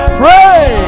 pray